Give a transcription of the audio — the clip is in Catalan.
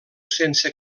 sense